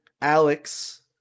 Alex